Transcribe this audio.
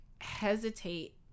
hesitate